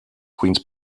queens